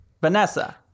Vanessa